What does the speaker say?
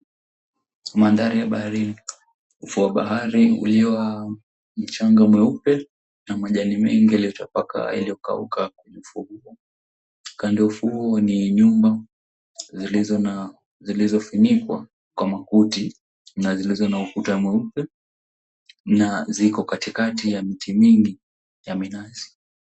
Mandhari ya baharini , ufuo wa bahari ulio wa mchanga mweupe na majani mengi iliyotapaka iliyokauka kando ya ufuo , ni nyumba zilizofinikwa kwa makuti na zilizo na ukuta mweupe na ziko katikakati ya miti mingi za minazi.